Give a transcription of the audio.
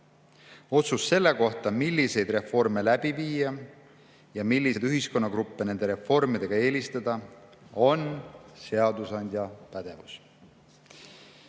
Otsus selle kohta, milliseid reforme läbi viia ja milliseid ühiskonnagruppe nende reformidega eelistada, on seadusandja